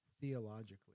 theologically